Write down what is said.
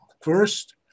First